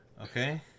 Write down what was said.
okay